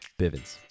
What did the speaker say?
Bivens